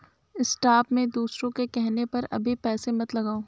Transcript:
stock में दूसरों के कहने पर कभी पैसे मत लगाओ